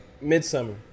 Midsummer